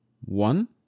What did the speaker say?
one